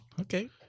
Okay